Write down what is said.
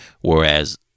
whereas